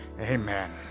Amen